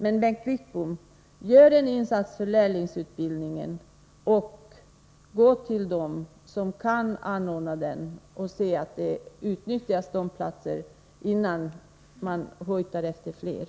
Men, Bengt Wittbom, gör en insats för lärlingsutbildningen — gå till dem som kan anordna sådan utbildning och se till att platserna utnyttjas, innan ni hojtar efter fler!